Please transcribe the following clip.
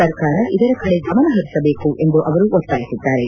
ಸರ್ಕಾರ ಇದರ ಕಡೆ ಗಮನ ಹರಿಸಬೇಕು ಎಂದು ಅವರು ಒತ್ತಾಯಿಸಿದ್ದಾರೆ